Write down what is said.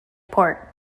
port